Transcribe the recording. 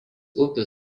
upių